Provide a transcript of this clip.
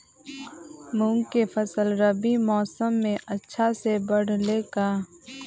मूंग के फसल रबी मौसम में अच्छा से बढ़ ले का?